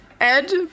Ed